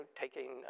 taking